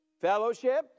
Fellowship